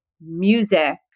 music